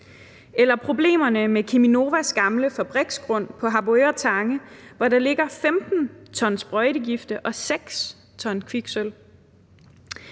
eller problemerne med Cheminovas gamle fabriksgrund på Harboøre Tange, hvor der ligger 15 t sprøjtegifte og 6 t kviksølv?